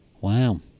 Wow